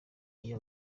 iyo